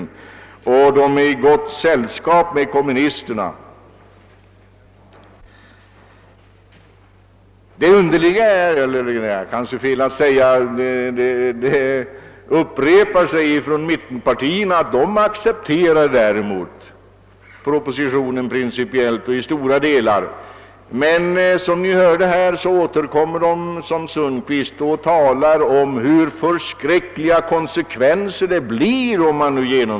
Och de är i gott sällskap med kommunisterna. Det underliga är — det kanske är fel att säga det att mittenpartierna däremot accepterar propositionen principielit och i stora delar, men samtidigt — som vi hörde här av herr Sundkvist — talar om hur förskräckliga konsekvenser det blir.